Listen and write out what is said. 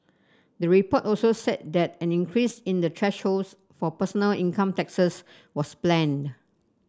the report also said that an increase in the thresholds for personal income taxes was planned